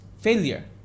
failure